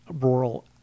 rural